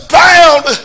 bound